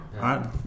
right